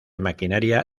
maquinaria